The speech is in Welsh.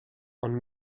ond